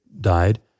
died